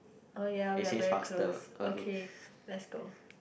oh ya we're very close okay let's go